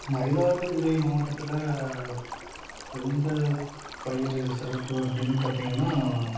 மயிலாடுதுறை மாவட்டத்தில் எந்த பயிர் சிறப்பு அப்படின்னு பார்த்திங்கன்னா